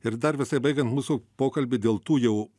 ir dar visai baigiant mūsų pokalbį dėl tų jau